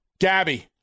Gabby